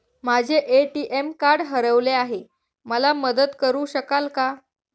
माझे ATM card हरवले आहे, मला मदत करु शकाल का?